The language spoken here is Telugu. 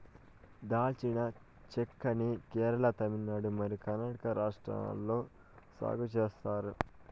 దాల్చిన చెక్క ని కేరళ, తమిళనాడు మరియు కర్ణాటక రాష్ట్రాలలో సాగు చేత్తారు